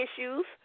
issues